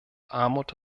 armut